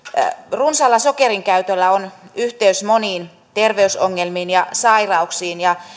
runsaalla sokerin käytöllä on yhteys moniin terveysongelmiin ja sairauksiin